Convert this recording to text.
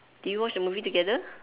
did we watch the movie together